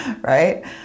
right